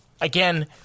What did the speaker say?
Again